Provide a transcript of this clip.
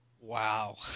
Wow